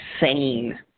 insane